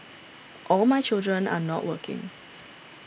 all my children are not working